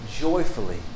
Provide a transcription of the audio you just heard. joyfully